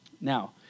Now